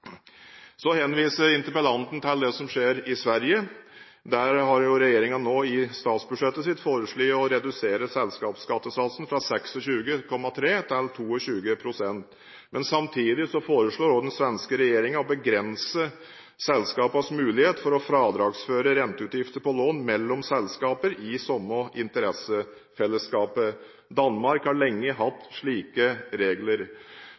henviser til det som skjer i Sverige. Der har regjeringen nå i statsbudsjettet sitt foreslått å redusere selskapsskattesatsen fra 26,3 pst. til 22 pst. Samtidig foreslår den svenske regjeringen å begrense selskapenes mulighet for å fradragsføre renteutgifter på lån mellom selskaper i samme interessefellesskap. Danmark har lenge hatt slike regler.